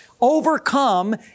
overcome